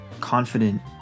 confident